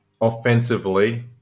offensively